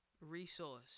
resource